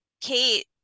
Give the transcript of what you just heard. Kate